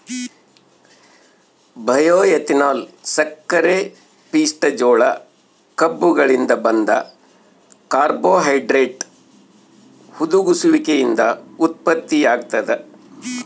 bioethanol ಸಕ್ಕರೆಪಿಷ್ಟ ಜೋಳ ಕಬ್ಬುಗಳಿಂದ ಬಂದ ಕಾರ್ಬೋಹೈಡ್ರೇಟ್ ಹುದುಗುಸುವಿಕೆಯಿಂದ ಉತ್ಪತ್ತಿಯಾಗ್ತದ